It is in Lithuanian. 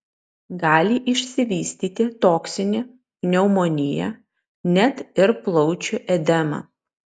gali išsivystyti toksinė pneumonija net ir plaučių edema